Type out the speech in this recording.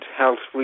health